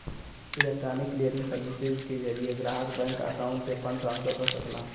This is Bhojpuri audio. इलेक्ट्रॉनिक क्लियरिंग सर्विसेज के जरिये ग्राहक बैंक अकाउंट से फंड ट्रांसफर कर सकला